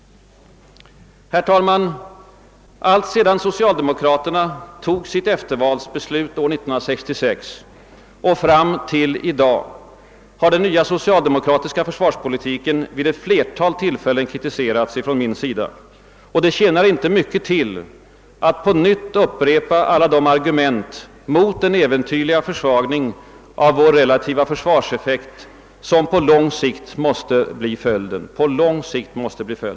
Herr talman! Alltsedan socialdemokraterna tog sitt eftervalsbeslut år 1966 och fram till i dag har den socialdemokratiska försvarspolitiken vid ett flertal tillfällen kritiserats av mig. Det tjänar inte mycket till att på nytt upprepa alla de argument mot den äventyrliga försvagning av vår relativa försvarseffekt som på lång sikt måste bli följden.